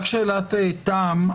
רק שאלת תם.